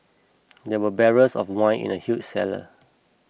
there were barrels of wine in the huge cellar